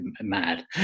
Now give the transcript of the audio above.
mad